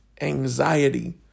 anxiety